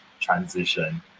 transition